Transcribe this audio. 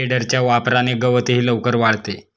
टेडरच्या वापराने गवतही लवकर वाळते